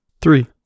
three